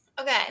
Okay